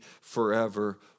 forever